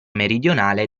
meridionale